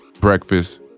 breakfast